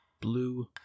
Blue